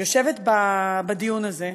יושבת בדיון הזה,